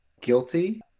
guilty